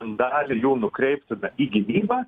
dalį jų nukreiptume į gynybą